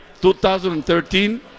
2013